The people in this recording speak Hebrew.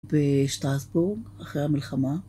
בשטרסבורג, אחרי המלחמה